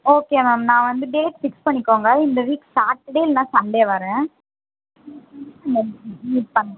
okay ma'am நான் வந்து date fix பண்ணிக்கோங்க இந்த வீக் சாட்டர்டே இல்லைன்னா வரேன் ம் மீட் பண்